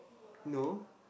no